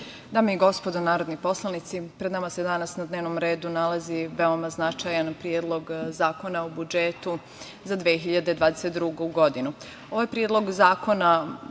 i gospodo narodni poslanici, pred nama se danas na dnevnom redu nalazi veoma značajan Predlog zakona o budžetu za 2022. godinu.